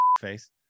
face